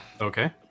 Okay